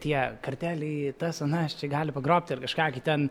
tie karteliai tas anas čia gali pagrobti ar kažką ten